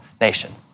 nation